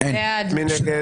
מי נגד?